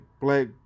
black